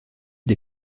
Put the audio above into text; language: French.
des